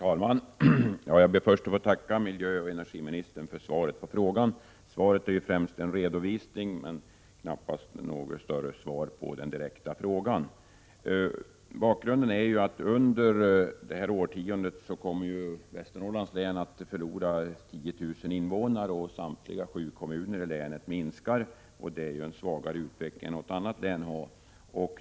Herr talman! Jag tackar miljöoch energiministern för svaret på frågan. Svaret är främst en redovisning, men knappast något svar när det gäller den direkta frågan. Bakgrunden till frågan är att Västernorrlands län under detta årtionde kommer att förlora 10 000 invånare. Befolkningen i länets samtliga sju kommuner minskar, och utvecklingen är svagare än i något annat län.